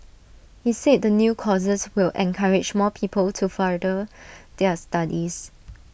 he said the new courses will encourage more people to further their studies